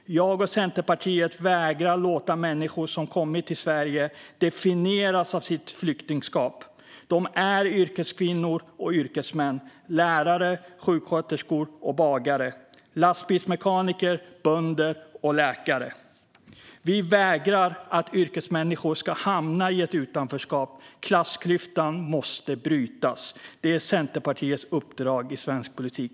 Jag och Centerpartiet vägrar låta människor som kommit till Sverige definieras av sitt flyktingskap. De är yrkeskvinnor och yrkesmän - lärare, sjuksköterskor och bagare. De är lastbilsmekaniker, bönder och läkare. Vi vägrar låta yrkesmänniskor hamna i ett utanförskap. Klassklyftan måste brytas. Det är Centerpartiets uppdrag i svensk politik.